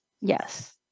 Yes